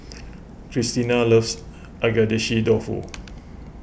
Christina loves Agedashi Dofu